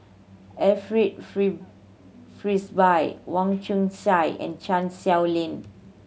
Alfred free Frisby Wong Chong Sai and Chan Sow Lin